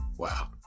Wow